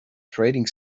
trading